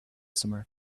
somewhere